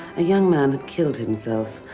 a young man had killed himself.